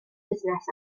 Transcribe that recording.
busnes